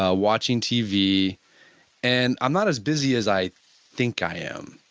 ah watching tv and i'm not as busy as i think i am.